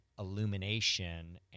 illumination